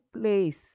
place